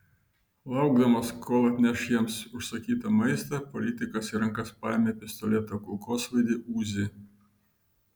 laukdamas kol atneš jiems užsakytą maistą politikas į rankas paėmė pistoletą kulkosvaidį uzi